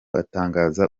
atangaza